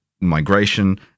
migration